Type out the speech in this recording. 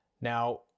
now